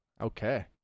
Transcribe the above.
Okay